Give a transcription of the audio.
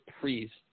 Priest